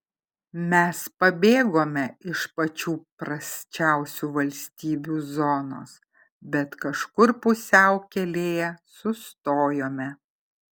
mes pabėgome iš pačių prasčiausių valstybių zonos bet kažkur pusiaukelėje sustojome